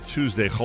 Tuesday